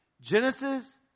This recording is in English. Genesis